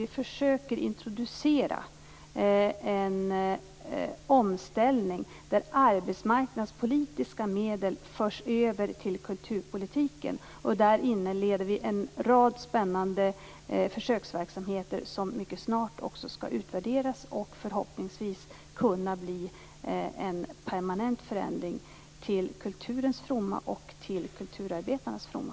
Vi försöker introducera en omställning där arbetsmarknadspolitiska medel förs över till kulturpolitiken, och där inleder vi en rad spännande försöksverksamheter som mycket snart skall utvärderas och förhoppningsvis kunna bli en permanent förändring till kulturens fromma och till kulturarbetarnas fromma.